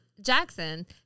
Jackson